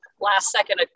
last-second